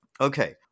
Okay